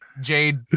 Jade